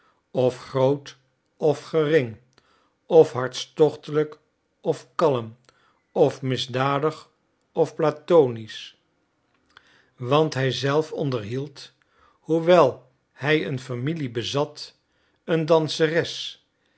of groot of gering of hartstochtelijk of kalm of misdadig of platonisch want hij zelf onderhield hoewel hij een familie bezat een danseres